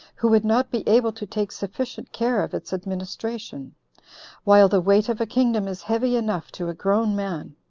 who would not be able to take sufficient care of its administration while the weight of a kingdom is heavy enough to a grown man.